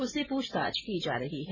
उससे पूछताछ की जा रही है